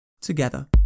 together